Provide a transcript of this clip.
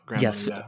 yes